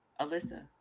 Alyssa